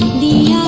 the